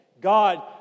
God